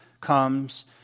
comes